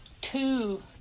two